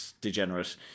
degenerate